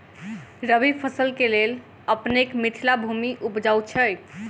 रबी फसल केँ लेल अपनेक मिथिला भूमि उपजाउ छै